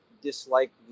dislike